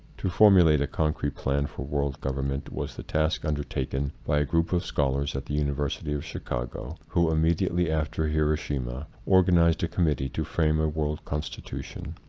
to formulate a concrete plan for world government was the task undertaken by a group of scholars at the university of chicago, who, immediately after hiroshima, organized a committee to frame a world constitution.